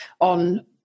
on